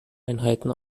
einheiten